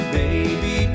baby